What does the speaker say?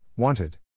Wanted